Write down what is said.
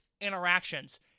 interactions